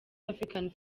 african